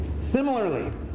Similarly